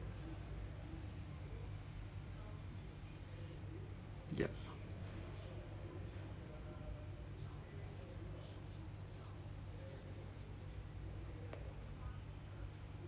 ya